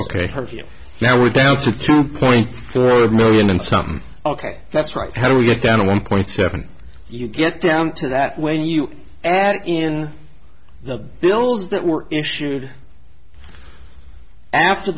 you now we're down to two point three million and some ok that's right how do we get down to one point seven you get down to that when you add in the bills that were issued after